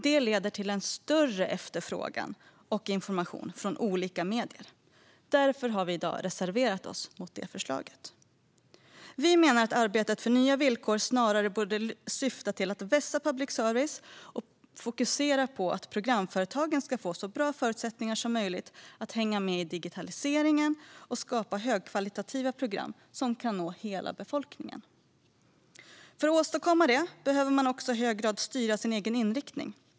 Det leder till en större efterfrågan på information från olika medier. Därför har Vänsterpartiet reserverat sig mot detta förslag. Vi menar att arbetet för nya villkor snarare borde syfta till att vässa public service och fokusera på att programföretagen ska få så bra förutsättningar som möjligt för att hänga med i digitaliseringen och skapa högkvalitativa program som kan nå hela befolkningen. För att åstadkomma detta behöver man också i hög grad styra sin egen inriktning.